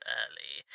early